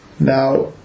Now